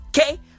Okay